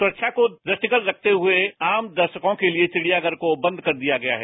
सुखा को दृष्टिगत रखते हुए आम दर्शकों के लिए चिडियाघर को बंद कर दिया गया है